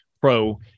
Pro